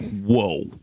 whoa